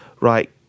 right